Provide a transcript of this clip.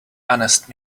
honest